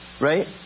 Right